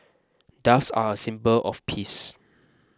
doves are a symbol of peace